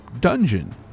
dungeon